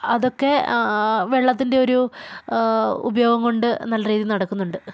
അതൊക്കെ വെള്ളത്തിൻ്റെ ഒരു ഉപയോഗം കൊണ്ട് നല്ല രീതിയിൽ നടക്കുന്നുണ്ട്